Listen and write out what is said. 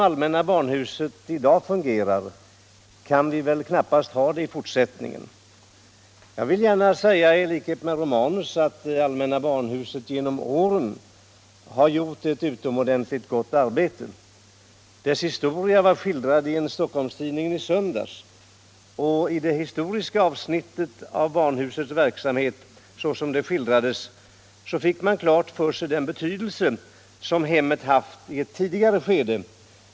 Allmänna barnhuset kan knappast fortsätta fungera så som det gör i dag. Jag vill gärna säga, i likhet 187 med herr Romanus, att allmänna barnhuset genom åren har gjort ett utomordentligt gott arbete. Dess historia var skildrad i en stockholmstidning i söndags. I det historiska avsnittet om barnhusets verksamhet såsom den skildrades fick man klart för sig den betydelse som hemmet haft i ett tidigare skede.